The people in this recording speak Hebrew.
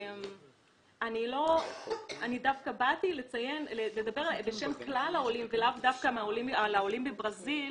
אני דווקא באתי לדבר בשם כלל העולים ולאו דווקא על העולים מברזיל,